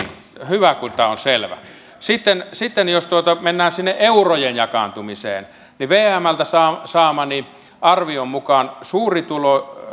hyvä kun tämä on selvä sitten sitten jos mennään sinne eurojen jakaantumiseen niin vmltä saamani saamani arvion mukaan